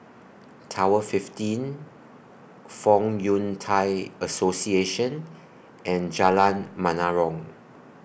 Tower fifteen Fong Yun Thai Association and Jalan Menarong